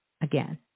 again